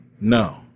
no